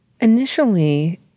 Initially